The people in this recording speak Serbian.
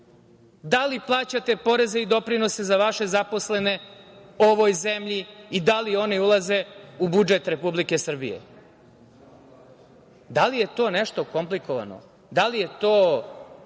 Da li plaćate poreze i doprinose za vaše zaposlene ovoj zemlji i da li one ulaze u budžet Republike Srbije? Da li je to nešto komplikovano? Da li je to